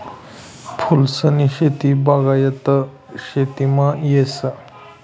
फूलसनी शेती बागायत शेतीमा येस